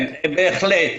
כן, בהחלט.